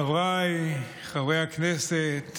חבריי חברי הכנסת,